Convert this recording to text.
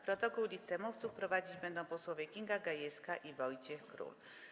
Protokół i listę mówców prowadzić będą posłowie Kinga Gajewska i Wojciech Król.